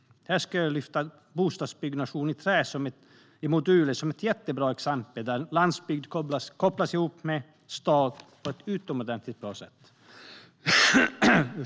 Här skulle jag vilja lyfta fram bostadsbyggnation i trä och moduler som ett jättebra exempel där landsbygd kopplas ihop med stad på ett utomordentligt bra sätt.